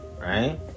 right